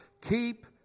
keep